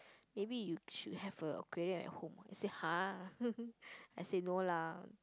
maybe you should have a aquarium at home I said !huh! I said no lah